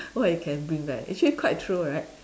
so I can bring back actually quite true right